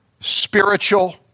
spiritual